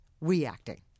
reacting